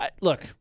Look